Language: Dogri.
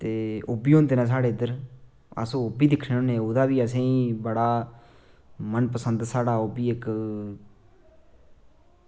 ते ओह्बी होंदे न साढ़े इद्धर अस ओह्बी दिक्खने होन्ने ओह्बी बड़ा मनपसंद साढ़ा इक्क